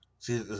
See